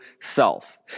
self